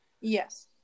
Yes